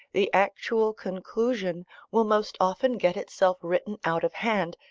the actual conclusion will most often get itself written out of hand,